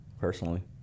personally